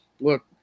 look